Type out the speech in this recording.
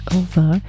over